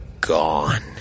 gone